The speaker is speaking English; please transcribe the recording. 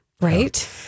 Right